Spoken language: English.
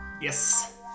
Yes